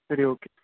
சரி ஓகே